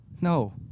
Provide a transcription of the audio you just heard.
No